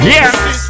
Yes